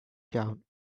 down